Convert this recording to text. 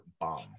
bomb